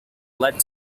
led